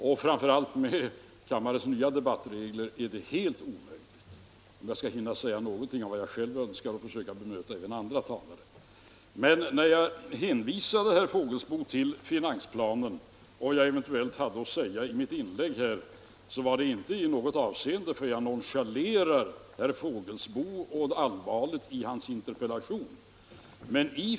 Och framför allt med kammarens nya debattregler är det helt omöjligt, om jag skall hinna säga någonting av vad jag själv önskar och få tid att bemöta även andra talare. När jag hänvisade herr Fågelsbo till finansplanen och vad jag eventuellt hade att säga i mitt inlägg berodde det inte i något avseende på att jag nonchalerar herr Fågelsbo och allvaret i hans interpellation.